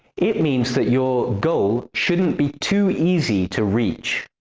it means that your goal shouldn't be too easy to reach.